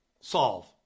solve